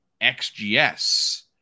XGS